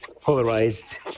polarized